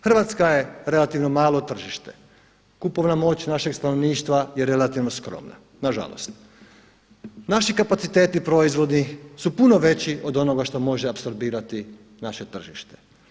Hrvatska je relativno malo tržište, kupovna moć našeg stanovništva je relativno skromna, nažalost, naši kapaciteti, proizvodi su puno veći od onoga što može apsorbirati naše tržište.